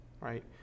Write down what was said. right